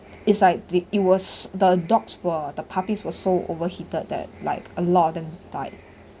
it's like the it was the dogs were the puppies were so overheated that like a lot of them died